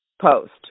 post